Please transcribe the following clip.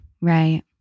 right